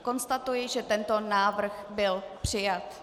Konstatuji, že tento návrh byl přijat.